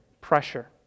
pressure